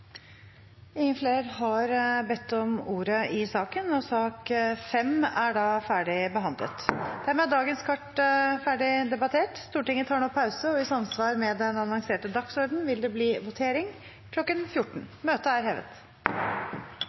har ikke bedt om ordet til sak nr. 5. Dermed er dagens kart ferdig debattert. Stortinget tar nå pause, og i samsvar med den annonserte dagsordenen vil det bli votering kl. 14.